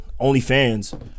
OnlyFans